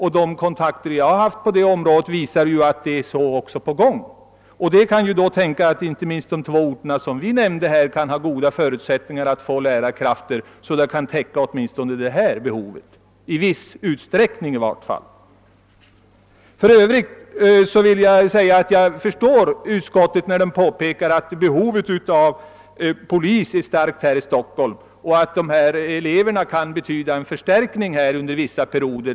De kontakter jag har på det området visar att detta också är på gång, och det kan tänkas att inte minst de två orter vi nämnde har goda förutsättningar att täcka lärarbehovet, i varje fall i viss utsträckning. För övrigt vill jag säga att jag förstår utskottet när det påpekar att behovet av poliser är starkt i Stockholm och att eleverna kan betyda en förstärkning under vissa perioder.